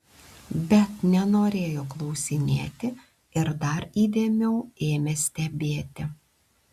bet nenorėjo klausinėti ir dar įdėmiau ėmė stebėti